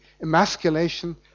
emasculation